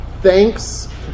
Thanks